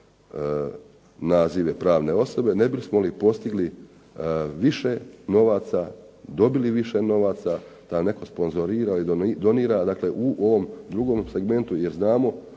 nazive pravne osobe, ne bismo li postigli više novaca, dobili više novaca, da nam netko sponzorira i donira, dakle u ovom drugom segmentu jer znamo